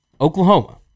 Oklahoma